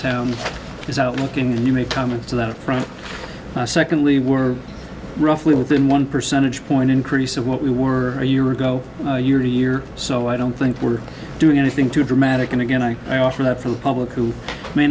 town is out looking and you may turn into that front secondly we're roughly within one percentage point increase of what we were a year ago year to year so i don't think we're doing anything too dramatic and again i i offer that for the public who may